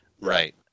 Right